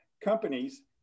companies